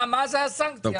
מה הסנקציה.